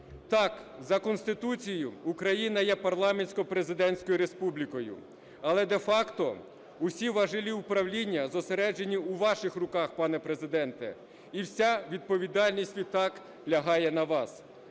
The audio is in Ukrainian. Так, за Конституцією Україна є парламентсько-президентською республікою, але де-факто усі важелі управління зосереджені у ваших руках, пане Президенте, і всі відповідальність відтак лягає на вас.